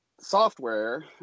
software